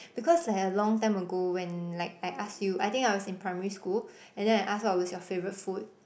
because like a long time ago when like I ask you I think I was in primary school and then I ask what was your favorite food